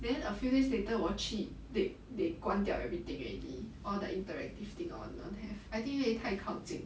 then a few days later 我去 they they 关掉 everything already all the interactive thing all don't have I think 太靠近